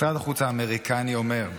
משרד החוץ האמריקני אומר: